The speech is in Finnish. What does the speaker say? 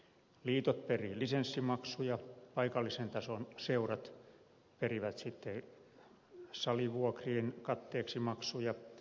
liitot perivät lisenssimaksuja paikallisen tason seurat perivät salivuokrien katteeksi maksuja